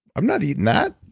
i'm not eating that.